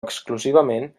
exclusivament